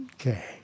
Okay